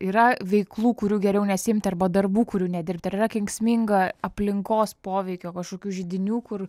yra veiklų kurių geriau nesiimti arba darbų kurių nedirbti ar yra kenksminga aplinkos poveikio kažkokių židinių kur